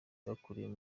bwakorewe